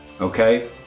okay